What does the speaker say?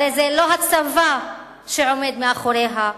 הרי זה לא הצבא שעומד מאחוריה,